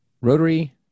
rotary